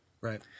Right